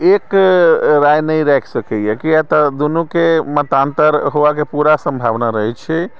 एक राय नहि राखि सकैया किया तऽ दुनूके मतांतर हेबाके पूरा संभावना रहैत छै